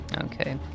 Okay